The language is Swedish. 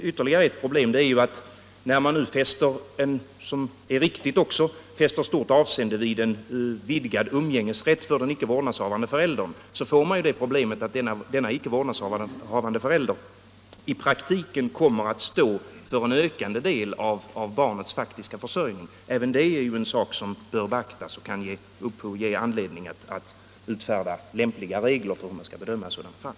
Ytterligare ett exempel är ju att, när man — vilket också är riktigt — fäster stort avseende vid en vidgad umgängesrätt för den icke vårdnadshavande föräldern, kommer denne icke vårdnadshavande förälder i praktiken att stå för en ökad del av barnets faktiska försörjning. Även det är en sak som bör beaktas och som kan ge anledning till att utfärda lämpliga regler för hur man skall bedöma ett sådant fall.